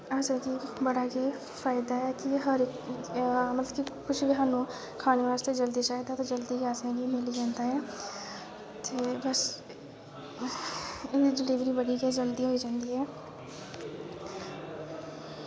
असें कि बड़ा गै फायदा ऐ कि हर मतलब कि कुछ वी सानू खाने वास्तै जल्दी चाहिदा ते जल्दी गै असेंगी मिली जंदा ते बस इ'यां डिलवरी बड़ी गै जल्दी होई जंदी ऐ